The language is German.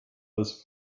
als